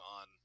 on